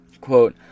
Quote